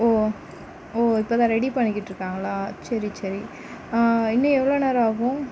ஓ ஓ இப்பதான் ரெடி பண்ணிகிட்டு இருக்காங்களா சரி சரி இன்னும் எவ்வளோ நேரம் ஆகும்